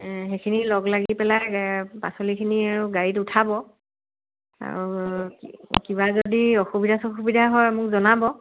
সেইখিনি লগ লাগি পেলাই পাচলিখিনি আৰু গাড়ীত উঠাব আৰু কিবা যদি অসুবিধা চসুবিধা হয় মোক জনাব